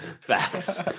Facts